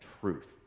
truth